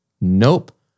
Nope